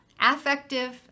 affective